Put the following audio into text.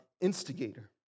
instigator